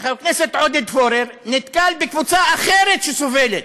שחבר הכנסת עודד פורר נתקל בקבוצה אחרת שסובלת,